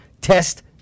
test